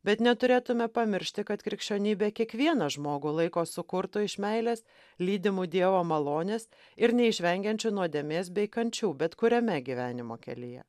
bet neturėtume pamiršti kad krikščionybė kiekvieną žmogų laiko sukurtu iš meilės lydimu dievo malonės ir neišvengiančiu nuodėmės bei kančių bet kuriame gyvenimo kelyje